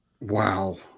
Wow